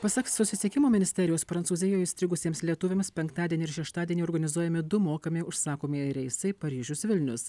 pasak susisiekimo ministerijos prancūzijoj įstrigusiems lietuviams penktadienį ir šeštadienį organizuojami du mokami užsakomieji reisai paryžius vilnius